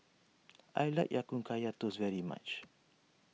I like Ya Kun Kaya Toast very much